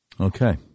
Okay